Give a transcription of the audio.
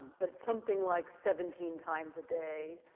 but it's something like seventeen times a day,